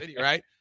Right